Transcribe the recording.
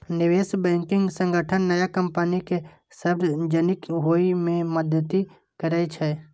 निवेश बैंकिंग संगठन नया कंपनी कें सार्वजनिक होइ मे मदति करै छै